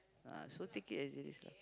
uh so take it as it is lah